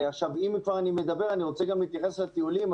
אם כבר אני מדבר אני רוצה להתייחס לטיולים.